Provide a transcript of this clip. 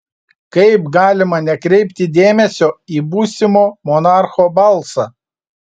kaip galima nekreipti dėmesio į būsimo monarcho balsą